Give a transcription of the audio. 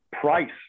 price